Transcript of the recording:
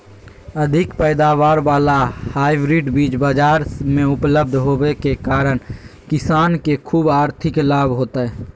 अधिक पैदावार वाला हाइब्रिड बीज बाजार मे उपलब्ध होबे के कारण किसान के ख़ूब आर्थिक लाभ होतय